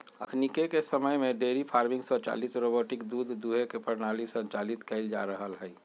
अखनिके समय में डेयरी फार्मिंग स्वचालित रोबोटिक दूध दूहे के प्रणाली संचालित कएल जा रहल हइ